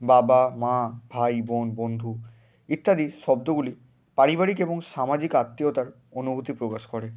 বাবা মা ভাই বোন বন্ধু ইত্যাদি শব্দগুলি পারিবারিক এবং সামাজিক আত্মীয়তার অনুভূতি প্রকাশ করে